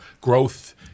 growth